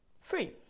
free